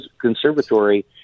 conservatory